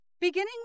Beginning